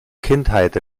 kindheit